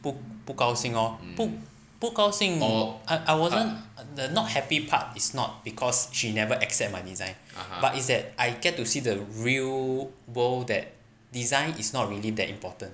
不不高兴哦不不高兴 I wasn't the not happy part is not because she never accept my design but it's that I get to see the real world that design is not really that important